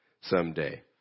someday